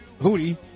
Hootie